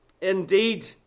indeed